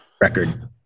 record